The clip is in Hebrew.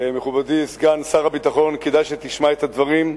מכובדי סגן שר הביטחון, כדאי שתשמע את הדברים,